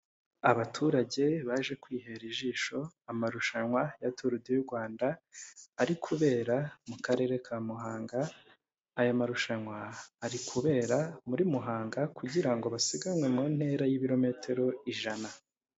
Abaturage baje kwihera ijisho amarushanwa ya turu di Rwanda, ari kubera mu karere ka Muhanga, aya marushanwa ari kubera muri Muhanga, kugira ngo basiganwe mu ntera y'ibirometero ijana.